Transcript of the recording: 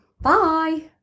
Bye